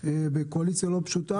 בקואליציה לא פשוטה.